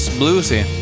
bluesy